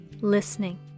listening